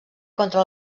contra